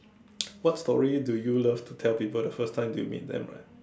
what's story do you love to tell people the first time do you meet them right